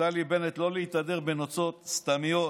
נפתלי בנט, לא להתהדר בנוצות סתמיות